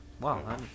Wow